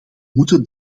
moeten